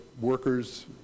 workers